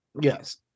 yes